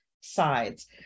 sides